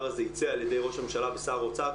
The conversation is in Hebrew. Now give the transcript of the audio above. הזה ייצא על-ידי ראש הממשלה ושר האוצר,